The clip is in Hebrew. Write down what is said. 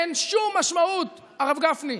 אין שום משמעות, הרב גפני,